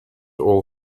all